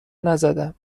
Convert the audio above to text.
نزدم